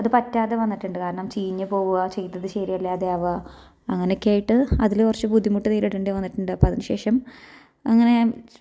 അത് പറ്റാതെ വന്നിട്ടുണ്ട് കാരണം ചീഞ്ഞ് പോവുക ചെയ്തത് ശരിയല്ലാതെ ആവുക അങ്ങനെയൊക്കെ ആയിട്ട് അതിൽ കുറച്ച് ബുദ്ധിമുട്ട് നേരിടേണ്ടി വന്നിട്ടുണ്ട് അപ്പം അതിന് ശേഷം അങ്ങനെ